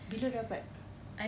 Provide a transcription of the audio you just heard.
bila dapat